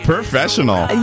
Professional